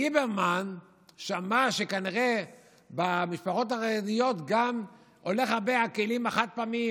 ליברמן שמע שכנראה במשפחות החרדיות הולך הרבה הכלים החד-פעמיים,